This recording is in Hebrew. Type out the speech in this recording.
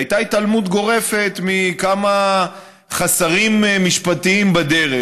הייתה התעלמות גורפת מכמה חסרים משפטיים בדרך,